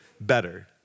better